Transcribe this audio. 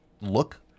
look